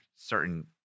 certain